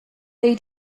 they